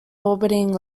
orbiting